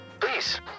please